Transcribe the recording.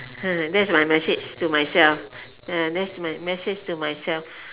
that's my message to myself uh that's my message to myself